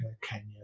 Kenya